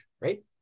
right